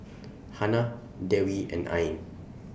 Hana Dewi and Ain